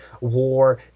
war